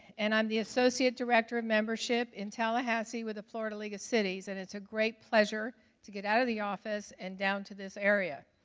and i'm the associate director of membership in tallahassee with the florida league of cities, and it's a great pleasure to get out of the office and down to this area.